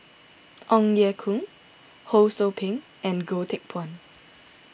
Ong Ye Kung Ho Sou Ping and Goh Teck Phuan